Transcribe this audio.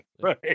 Right